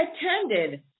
attended